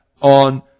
on